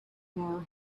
know